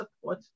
support